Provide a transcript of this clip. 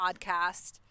podcast